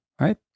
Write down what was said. right